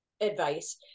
advice